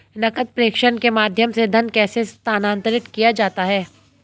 नकद प्रेषण के माध्यम से धन कैसे स्थानांतरित किया जाता है?